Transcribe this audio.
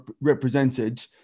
represented